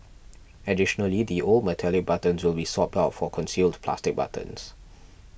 additionally the old metallic buttons will be swapped out for concealed plastic buttons